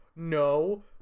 No